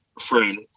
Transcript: friend